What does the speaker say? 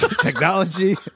technology